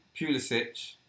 Pulisic